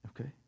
Okay